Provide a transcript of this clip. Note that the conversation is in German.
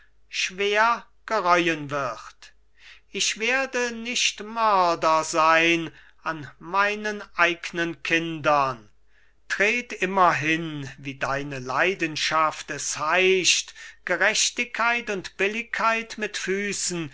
schwer gereuen wird ich werde nicht mörder sein an meinen eignen kindern tret immerhin wie deine leidenschaft es heischt gerechtigkeit und billigkeit mit füßen